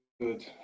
Good